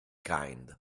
kind